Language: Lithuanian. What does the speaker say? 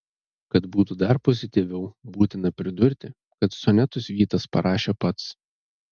kad būtų dar pozityviau būtina pridurti kad sonetus vytas parašė pats